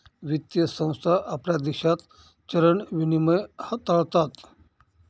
वित्तीय संस्था आपल्या देशात चलन विनिमय हाताळतात